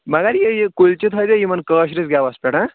مگر یہِ یہِ کُلچہِ تھٲوِزیٚو یِمَن کٲشرِس گٮ۪وَس پٮ۪ٹھ ہاں